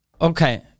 Okay